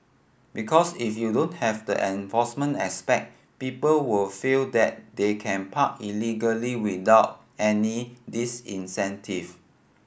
because if you don't have the enforcement aspect people will feel that they can park illegally without any disincentive